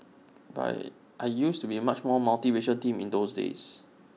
but I used to be A much more multiracial team in those days